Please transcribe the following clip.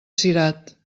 cirat